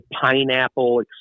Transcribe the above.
Pineapple